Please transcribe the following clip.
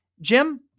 Jim